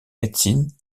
médecine